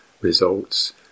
results